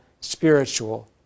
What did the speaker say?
spiritual